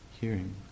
hearing